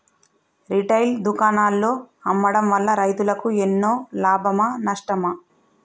Retail దుకాణాల్లో అమ్మడం వల్ల రైతులకు ఎన్నో లాభమా నష్టమా?